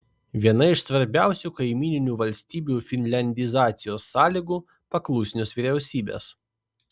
viena iš svarbiausių kaimyninių valstybių finliandizacijos sąlygų paklusnios vyriausybės